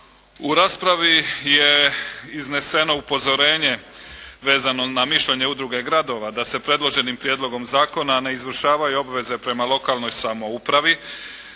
U raspravi je izneseno upozorenje vezano na mišljenje udruge gradova da se predloženim prijedlogom zakona ne izvršavaju obveze prema lokalnoj samoupravi